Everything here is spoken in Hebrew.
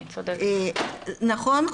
נכון,